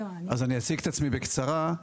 אני אציג את עצמי בקצרה: